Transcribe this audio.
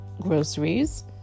groceries